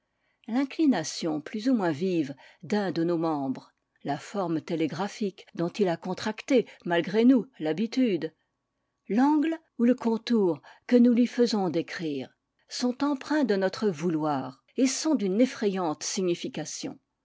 l'inclination plus ou moins vive d'un de nos membres la forme télégraphique dont il a contracté malgré nous l'habitude l'angle ou le contour que nous lui faisons décrire sont empreints de notre vouloir et sont d'une effrayante signification